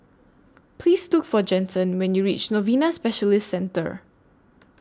Please Look For Jensen when YOU REACH Novena Specialist Centre